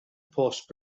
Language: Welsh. post